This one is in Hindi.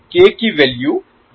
K की वैल्यू होगी